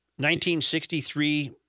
1963